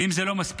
ואם זה לא מספיק,